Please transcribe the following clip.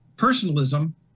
Personalism